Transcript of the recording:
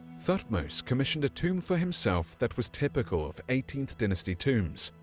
thutmose commissioned a tomb for himself that was typical of eighteenth dynasty tombs,